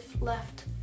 left